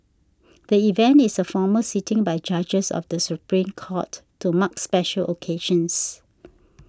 the event is a formal sitting by judges of the Supreme Court to mark special occasions